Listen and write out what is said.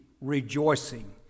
rejoicing